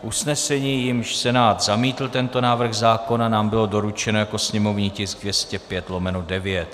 Usnesení, jímž Senát zamítl tento návrh zákona, nám bylo doručeno jako sněmovní tisk 205/9.